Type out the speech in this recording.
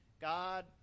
God